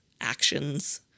actions